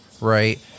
right